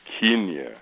Kenya